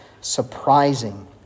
surprising